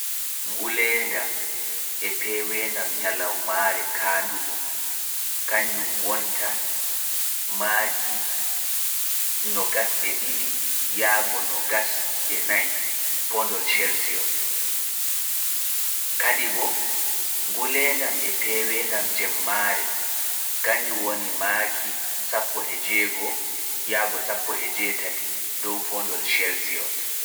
Nguleedam e peewendam nyalawmaare kaanduɗun kanjun woni nogas e didi yago e tati (twenty two to twenty three degrees) pondol celcius. Kadi bo nguleedam e peewendam nyalawmaare kanjun woni sappo e jego yago e jetati (sixteen to eighteen degrees) poondol celcius